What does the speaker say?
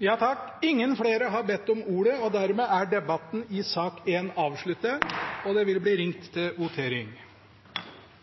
Flere har ikke bedt om ordet til sakene nr. 2 og 3. Stortinget er da klar til å gå til votering